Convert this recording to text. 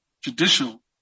judicial